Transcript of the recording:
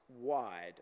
wide